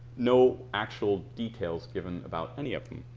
no actual details given about any of them.